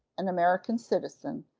an american citizen,